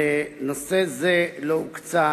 לנושא זה לא הוקצה